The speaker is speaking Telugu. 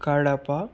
కడప